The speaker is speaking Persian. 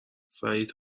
سعید